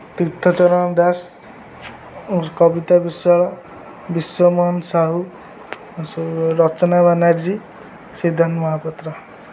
Tirthacharan Das Kabita Biswal Biswamohan Sahu Rachana Banerjee Siddhant Mohapatra